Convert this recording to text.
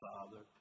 Father